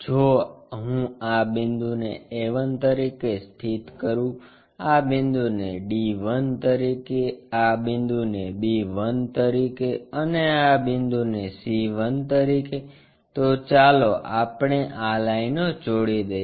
જો હું આ બિંદુને a1 તરીકે સ્થિત કરુ આ બિંદુને d 1 તરીકે આ બિંદુને b 1 તરીકે અને આ બિંદુને c 1 તરીકે તો ચાલો આપણે આ લાઈનો જોડી દઇએ